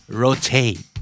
rotate